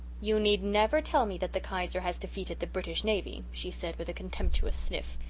you need never tell me that the kaiser has defeated the british navy she said, with a contemptuous sniff.